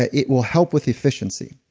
ah it will help with efficiency.